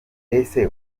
ese